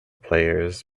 players